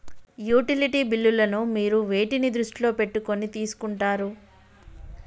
Utility బిల్లులను మీరు వేటిని దృష్టిలో పెట్టుకొని తీసుకుంటారు?